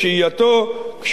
כשהוא עומד לצאת,